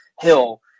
hill